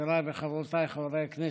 חבריי וחברותיי חברי הכנסת,